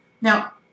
Now